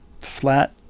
flat